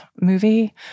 movie